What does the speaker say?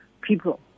people